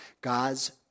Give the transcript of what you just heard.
God's